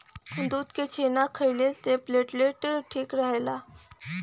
दूध के छेना खइले से प्लेटलेट ठीक रहला